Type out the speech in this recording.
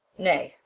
nay,